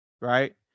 Right